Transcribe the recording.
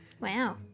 Wow